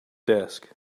desk